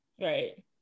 right